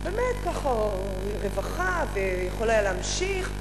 באמת, ככה, רווחה, ויכול היה להמשיך.